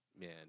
man